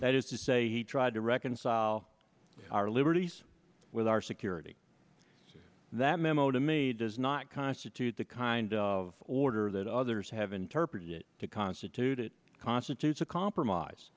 that is to say he tried to reconcile our liberties with our security that memo to me does not constitute the kind of order that others have interpreted it to constitute it constitutes a compromise